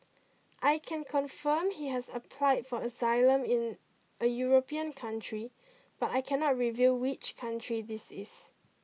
I can confirm he has applied for asylum in a European country but I cannot reveal which country this is